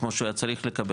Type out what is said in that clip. כמו שהוא היה צריך לקבל,